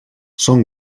són